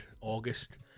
August